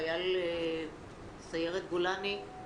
חייל בסיירת גולני,